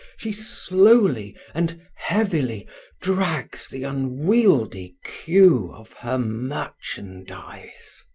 she slowly and heavily drags the unwieldy queue of her merchandise!